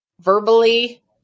verbally